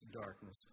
darkness